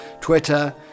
Twitter